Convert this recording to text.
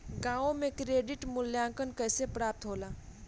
गांवों में क्रेडिट मूल्यांकन कैसे प्राप्त होला?